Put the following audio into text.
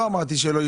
לא משנה,